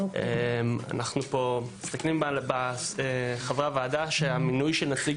אנחנו מסתכלים על חברי הוועדה ורואים שבמינוי נציג